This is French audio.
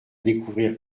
découvrir